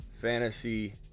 Fantasy